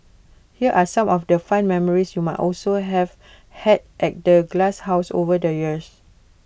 here are some of the fun memories you might also have had at the glasshouse over the years